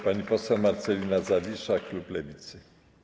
Pani poseł Marcelina Zawisza, klub Lewicy.